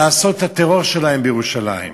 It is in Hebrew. לעשות את הטרור שלהם בירושלים.